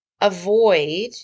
avoid